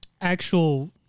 actual –